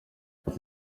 ati